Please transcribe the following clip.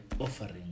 offering